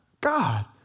God